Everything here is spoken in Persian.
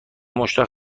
مشتاق